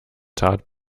tat